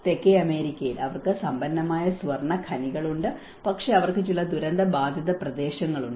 തെക്കേ അമേരിക്കയിൽ അവർക്ക് സമ്പന്നമായ സ്വർണ്ണ ഖനികളുണ്ട് പക്ഷേ അവർക്ക് ചില ദുരന്തബാധിത പ്രദേശങ്ങളുണ്ട്